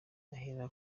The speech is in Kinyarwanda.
ahera